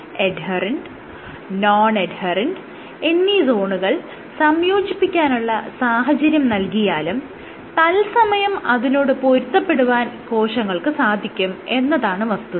adherent non adherent എന്നീ സോണുകൾ സംയോജിപ്പിക്കാനുള്ള സാഹചര്യം നൽകിയാലും തത്സമയം അതിനോട് പൊരുത്തപ്പെടുവാൻ കോശങ്ങൾക്ക് സാധിക്കും എന്നതാണ് വസ്തുത